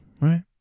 right